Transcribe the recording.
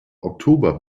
oktober